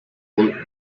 would